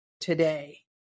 today